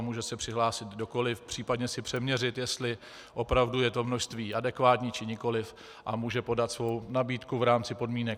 Může se přihlásit kdokoli, případně si přeměřit, jestli opravdu je to množství adekvátní, či nikoliv, a může podat svou nabídku v rámci podmínek.